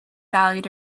valued